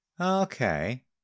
Okay